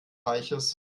reiches